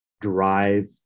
drive